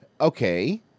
Okay